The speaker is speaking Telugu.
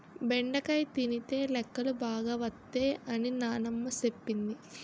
బెండకాయ తినితే లెక్కలు బాగా వత్తై అని నానమ్మ సెప్పింది